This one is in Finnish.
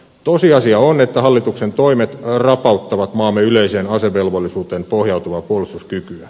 tosiasia on että hallituksen toimet rapauttavat maamme yleiseen asevelvollisuuteen pohjautuvaa puolustuskykyä